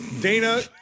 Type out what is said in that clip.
Dana